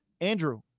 Andrew